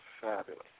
fabulous